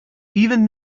even